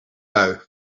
bui